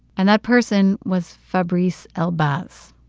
and that person was fabrice elbaz,